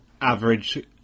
average